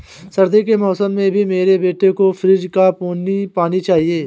सर्दी के मौसम में भी मेरे बेटे को फ्रिज का पानी चाहिए